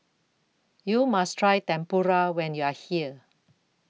YOU must Try Tempura when YOU Are here